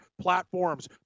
platforms